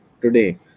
today